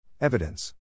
Evidence